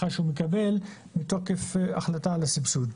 שהוא מקבל מתוקף החלטה על הסבסוד.